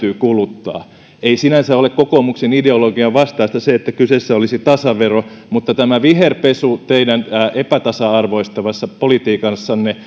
täytyy kuluttaa ei sinänsä ole kokoomuksen ideologian vastaista että kyseessä olisi tasavero mutta tämä viherpesu teidän epätasa arvoistavassa politiikassanne